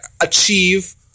achieve